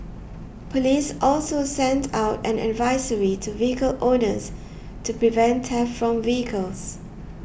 police also sent out an advisory to vehicle owners to prevent theft from vehicles